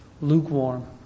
lukewarm